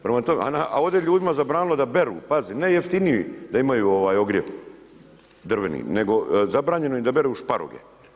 Prema tome, a ovdje ljudima zabranili da beru, pazite ne jeftiniji da imaju ogrjev drveni nego zabranjeno im je da beru šparoge.